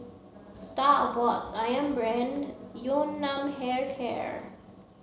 Star Awards Ayam Brand Yun Nam Hair Care